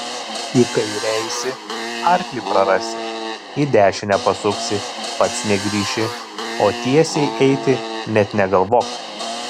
į kairę eisi arklį prarasi į dešinę pasuksi pats negrįši o tiesiai eiti net negalvok